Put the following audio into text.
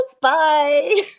Bye